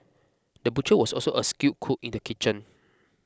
the butcher was also a skilled cook in the kitchen